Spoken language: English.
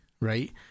right